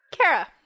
Kara